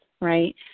Right